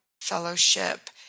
fellowship